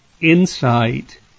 insight